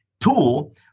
tool